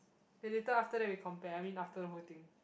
then later after that we compare I mean after the whole thing